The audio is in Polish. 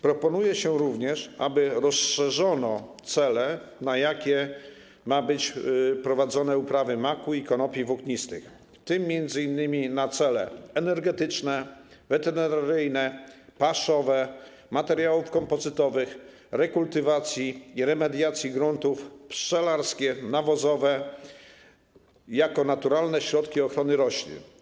Proponuje się również rozszerzyć cele, dla których mają być prowadzone uprawy maku i konopi włóknistych, m.in. o cele energetyczne, weterynaryjne, paszowe, dotyczące materiałów kompozytowych, rekultywacji i remediacji gruntów, pszczelarskie, nawozowe - jako naturalnych środków ochrony roślin.